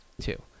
two